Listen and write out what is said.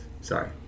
sorry